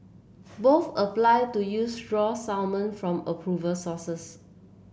both applied to use raw salmon from approver sources